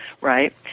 right